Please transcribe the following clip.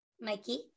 Mikey